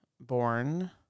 born